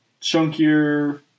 chunkier